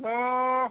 hello